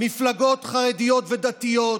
מפלגות חרדיות ודתיות,